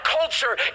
culture